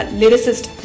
lyricist